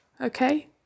okay